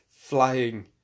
flying